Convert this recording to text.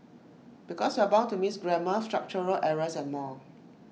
because you're bound to miss grammar structural errors and more